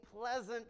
pleasant